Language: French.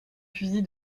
fusil